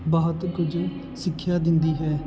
ਬਹੁਤ ਕੁਝ ਸਿੱਖਿਆ ਦਿੰਦੀ ਹੈ